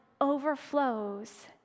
overflows